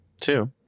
Two